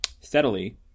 steadily